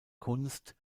kunst